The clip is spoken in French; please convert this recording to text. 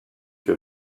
que